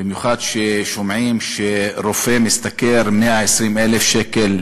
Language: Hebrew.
במיוחד כששומעים שרופא משתכר 120,000 שקל,